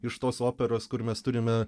iš tos operos kur mes turime